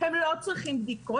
הם לא צריכים בדיקות,